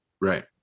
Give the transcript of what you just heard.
Right